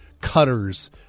cutters